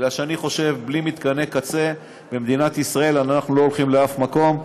בגלל שאני חושב שבלי מתקני קצה במדינת ישראל אנחנו לא הולכים לשם מקום,